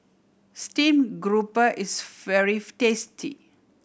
steamed grouper is very tasty